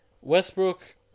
Westbrook